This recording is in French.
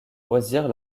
loisir